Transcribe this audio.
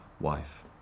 wife